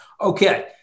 Okay